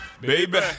Baby